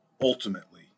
ultimately